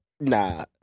Nah